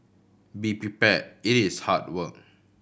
be prepared it is hard work